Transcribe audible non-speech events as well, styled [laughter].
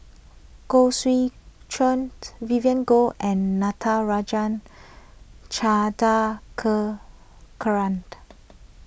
Khoo Swee Chiow Vivien Goh and Natarajan [unintelligible]